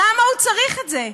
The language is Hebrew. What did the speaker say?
למה הוא צריך את זה?